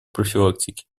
профилактики